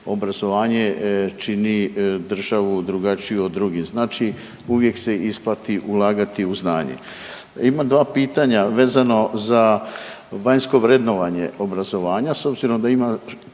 obrazovanje čini državu drugačijom od drugih. Znači uvijek se isplati ulagati u znanje. Imam dva pitanja vezano za vanjsko vrednovanje obrazovanja. S obzirom da ima